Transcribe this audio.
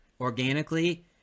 organically